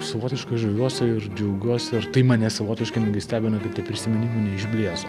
savotiškai žaviuosi ir džiaugiuosi ir tai mane savotiškai netgi stebina kaip taip prisiminimų neišblėso